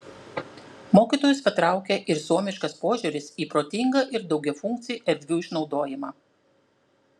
mokytojus patraukė ir suomiškas požiūris į protingą ir daugiafunkcį erdvių išnaudojimą